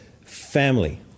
family